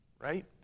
right